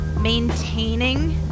maintaining